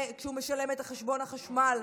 כשהוא משלם את חשבון החשמל,